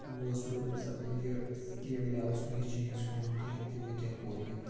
گوس بہٕ یہِ کہِ مےٚ اوس نہٕ یہِ چیٖز ہیوٚن کینٛہہ کہِ مےٚ کیٛاہ کوٚر یہِ